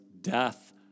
death